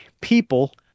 People